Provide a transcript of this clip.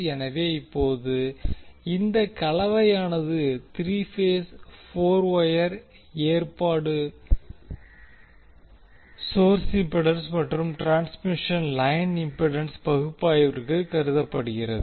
எனவே இப்போது இந்த கலவையானது 3 பேஸ் போர் வொயர் ஏற்பாடு சோர்ஸ் இம்பிடன்ஸ் மற்றும் டிரான்ஸ்மிஷன் லைன் இம்பிடன்ஸ் பகுப்பாய்விற்கு கருதப்படுகிறது